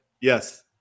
Yes